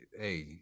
Hey